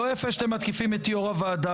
זה לא יפה שאתם מתקיפים את יו"ר הוועדה